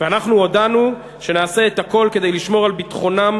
ואנחנו הודענו שנעשה את הכול כדי לשמור על ביטחונם